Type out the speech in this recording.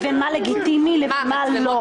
בין מה לגיטימי ומה לא.